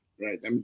Right